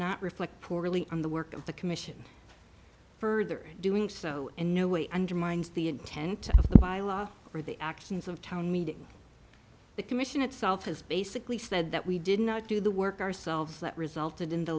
not reflect poorly on the work of the commission further doing so in no way undermines the intent by law for the actions of town meeting the commission itself has basically said that we did not do the work ourselves that resulted in the